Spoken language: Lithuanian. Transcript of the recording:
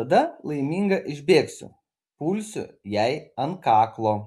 tada laiminga išbėgsiu pulsiu jai ant kaklo